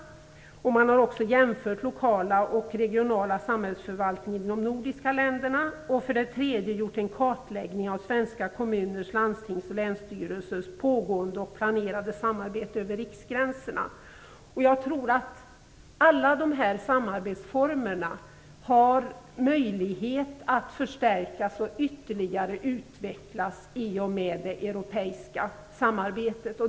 Man har också jämfört lokala och regionala samhällsförvaltningar i de nordiska länderna och gjort en kartläggning av svenska kommuners, landstings och länsstyrelsers pågående och planerade samarbete över riksgränserna. Jag tror att alla dessa samarbetsformer har möjlighet att förstärkas och ytterligare utvecklas i och med det europeiska samarbetet.